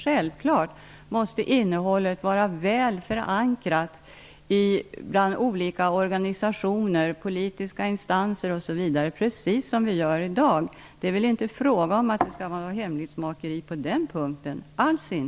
Självfallet måste innehållet vara väl förankrat bland olika organisationer, politiska instanser osv. -- precis som i dag. Det är inte alls fråga om något hemlighetsmakeri på den punkten.